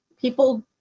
people